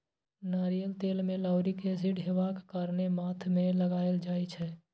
नारियल तेल मे लाउरिक एसिड हेबाक कारणेँ माथ मे लगाएल जाइ छै